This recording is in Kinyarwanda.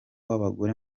w’abagore